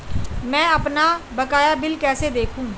मैं अपना बकाया बिल कैसे देखूं?